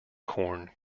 corn